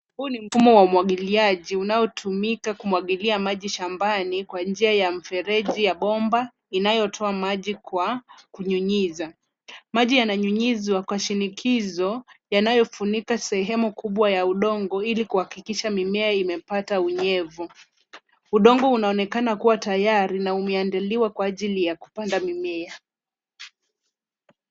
Huu ni mfumo wa umwagiliji unaotumika kumwagilia maji shambani kwa njia ya mfereji ya bomba inayotoa maji kwa kunyunyiza. Maji yananyunyizwa kwa shinikizo yanayofunika sehemu kubwa ya udongo ili kuhakikisha mimea imepata unyevu. Udongo unaonekana kuwa tayari na umeandaliwa kwa ajili ya kupanda mimea.